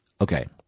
Okay